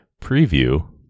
preview